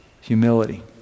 Humility